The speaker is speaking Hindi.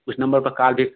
इस नंबर पर काल भी